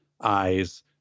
eyes